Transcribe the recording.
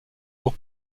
pour